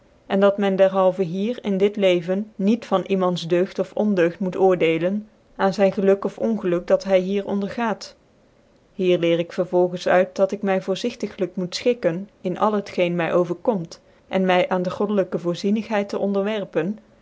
en dat men dcrhalven hier in dit leven niet van iemands deugd of ondeugd moet oordcelen aan zyn geluk of ongeluk dat hy hier ondergaat hier leer ik vervolgens uit dat ik my voorzigtiglyk moet fchikken in al het geen my overkomt en my aan de goddelyke voorzicnighcit te onderwerpen